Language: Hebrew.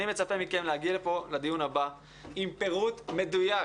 אני מצפה מכם להגיע לפה לדיון הבא עם פירוט מדויק